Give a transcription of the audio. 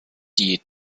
die